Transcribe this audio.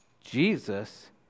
Jesus